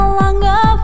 longer